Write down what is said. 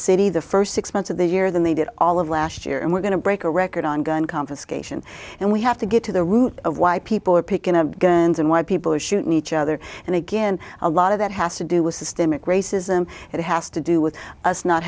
city the first six months of the year than they did all of last year and we're going to break a record on gun confiscation and we have to get to the root of why people are picking up guns and why people are shooting each other and again a lot of that has to do with systemic racism it has to do with us not